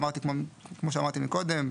כמו שאמרתי מקודם,